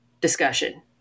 discussion